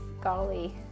golly